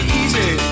easy